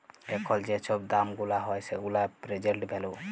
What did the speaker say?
এখল যে ছব দাম গুলা হ্যয় সেগুলা পের্জেল্ট ভ্যালু